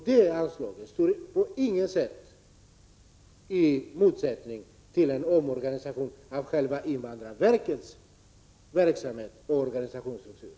Det kravet står på intet sätt i motsättning till en omorganisation av invandrarverkets verksamhet och organisationsstruktur.